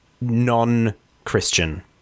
non-Christian